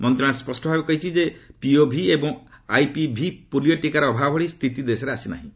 ମନ୍ତ୍ରଣାଳୟ ସ୍ୱଷ୍ଟ ଭାବେ କହିଛି ଯେ ପିଓଭି ଏବଂ ଆଇପିଭି ପୋଲିଓ ଟୀକାର ଅଭାବ ଭଳି ସ୍ଥିତି ଦେଶରେ ଆସିନାହିଁ